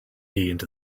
into